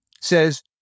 says